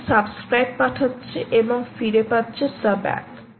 দিয়ে সাবস্ক্রাইব পাঠাচ্ছে এবং ফিরে পাচ্ছে সাব্যাক